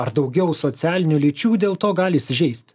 ar daugiau socialinių lyčių dėl to gali įsižeist